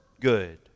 good